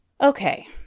Okay